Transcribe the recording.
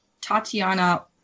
Tatiana